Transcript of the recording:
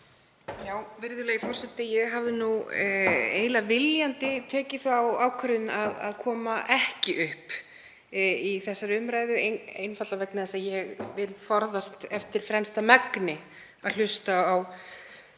Virðulegi forseti. Ég hafði nú eiginlega tekið þá ákvörðun að koma ekki upp í þessari umræðu einfaldlega vegna þess að ég vil forðast eftir fremsta megni að hlusta á hjal